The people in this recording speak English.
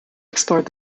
explored